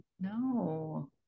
No